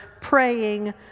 praying